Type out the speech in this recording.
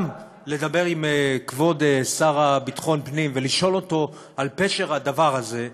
גם לדבר עם כבוד השר לביטחון פנים ולשאול אותו על פשר הדבר הזה,